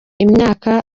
imyaka